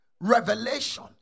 Revelation